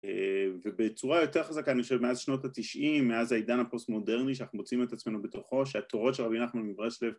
ובצורה יותר חזקה אני חושב מאז שנות התשעים מאז העידן הפוסט מודרני שאנחנו מוצאים את עצמנו בתוכו שהתורות של רבי נחמן מברסלב